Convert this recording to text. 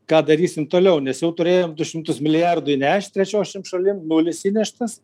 ką darysim toliau nes jau turėjom du šimtus milijardų įnešt trečiosiom šalim nulis įneštas